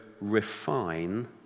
refine